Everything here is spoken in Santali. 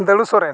ᱫᱟᱲᱩ ᱥᱚᱨᱮᱱ